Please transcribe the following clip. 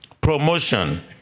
promotion